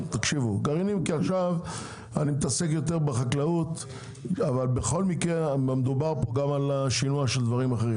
אני מתעסק יותר בחקלאות אבל מדובר פה גם על שינוע של דברים אחרים.